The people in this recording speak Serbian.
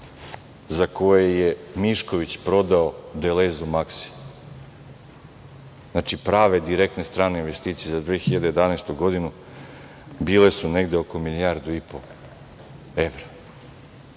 za koje je Mišković prodao Delezu "Maksi". Znači, prave, direktne strane investicije za 2011. godinu bile su negde oko milijardu i po evra. Uvek